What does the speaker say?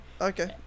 Okay